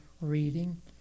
reading